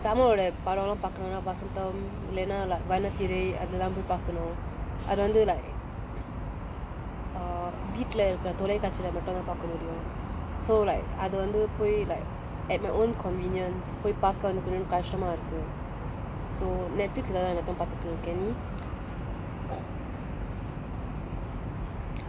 ஆனா:aana tamil ஓட படம் எல்லாம் பாக்கனுன்னா வசந்தம் இல்லைனா வண்ணத்திரை அதெல்லாம் போய் பாக்கணும் அது வந்து:oda padam ellam paakkanuna vasantham illaina vannathirai adellam poai paakkanum athu vanthu like err வீட்டுல இருக்குற தொலைக்காட்சில மட்டும் தான் பார்க்க முடியும்:veettula irukkura tholaikkaatsila mattum thaan paarkka mudiyum so like அது வந்து போய்:athu vanthu poai like at my own convenience போய் பார்க்க வந்து கொஞ்சம் கஸ்டமா இருக்கு:poai paakka vanthu konjam kastama irukku so netflix lah தான் எல்லாத்தையும் பாத்துகிட்டு இருக்கன் நீ:thaan ellathayum paathukittu irukkan nee